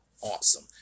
awesome